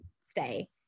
stay